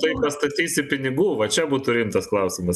tai pastatysi pinigų va čia būtų rimtas klausimas